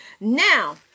Now